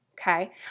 okay